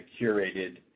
curated